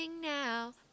now